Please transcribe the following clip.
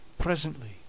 presently